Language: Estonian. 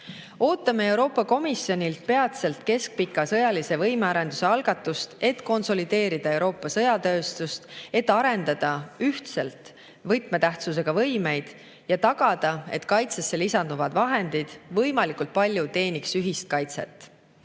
Ootame Euroopa Komisjonilt peatselt keskpika sõjalise võimearenduse algatust, et konsolideerida Euroopa sõjatööstust, et arendada ühtselt võtmetähtsusega võimeid ja tagada, et kaitsesse lisanduvad vahendid võimalikult palju teeniks ühist kaitset.